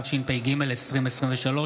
התשפ"ג 2023,